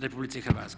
RH.